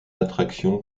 attraction